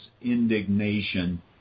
indignation